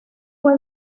fue